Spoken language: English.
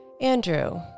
Andrew